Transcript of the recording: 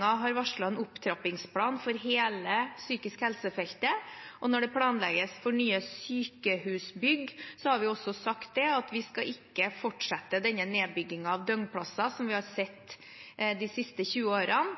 har varslet en opptrappingsplan for hele psykisk helse-feltet. Når det planlegges for nye sykehusbygg, har vi også sagt at vi ikke skal fortsette den nedbyggingen av døgnplasser som vi har sett de siste 20 årene.